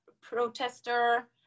protester